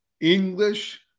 English